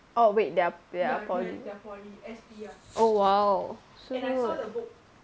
orh wait they are they are poly oh !wow! so good